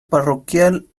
parroquial